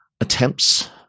attempts